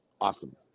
Awesome